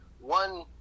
one